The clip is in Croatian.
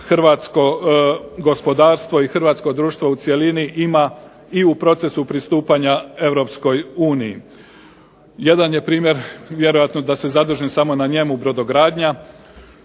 hrvatsko gospodarstvo i hrvatsko društvo u cjelini ima i u procesu pristupanja Europskoj uniji. Jedan je primjer vjerojatno da se zadržim samo na njemu brodogradnja.